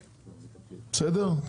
בסדר?